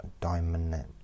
diamond